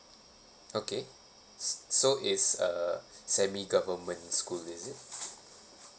okay s~ so it's a semi government school is it